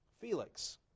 Felix